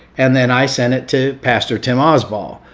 and then i sent it to pastor tim alsbaugh,